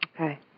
Okay